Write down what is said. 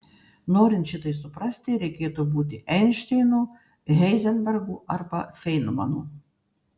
norint šitai suprasti reikėtų būti einšteinu heizenbergu arba feinmanu